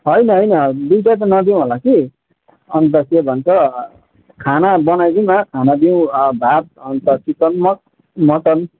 होइन होइन दुइवटा त नदिऊँ होला कि अन्त के भन्छ खाना बनाइदिऊँ न खाना दिऊँ भात अन्त चिकन मट मटन